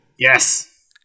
Yes